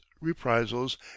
reprisals